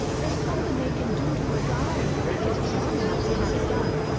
there's somethin' they can do to his eyes, if he gets strong enough to have it done.